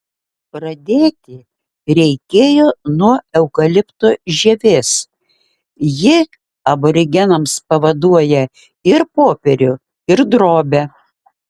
pradėti reikėjo nuo eukalipto žievės ji aborigenams pavaduoja ir popierių ir drobę